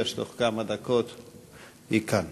היא הודיעה שתוך כמה דקות היא כאן.